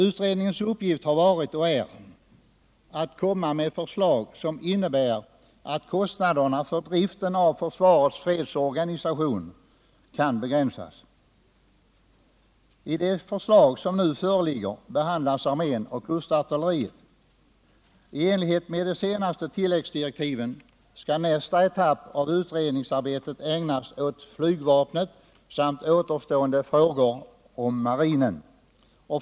Utredningens uppgift har varit och är att framlägga förslag som innebär att kostnaderna för driften av försvarets fredsorganisation kan begränsas. I det förslag som nu föreligger behandlas armén och kustartilleriet. I enlighet med de senaste tilläggsdirektiven skall nästa etapp av utredningsarbetet ägnas åt flygvapnet samt återstående frågor inom marinen.